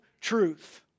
truth